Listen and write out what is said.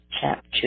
chapter